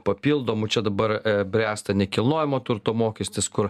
papildomų čia dabar bręsta nekilnojamo turto mokestis kur